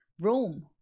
Rome